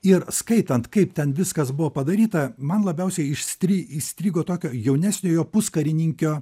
ir skaitant kaip ten viskas buvo padaryta man labiausiai įstri įstrigo tokio jaunesniojo puskarininkio